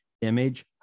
Image